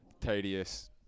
tedious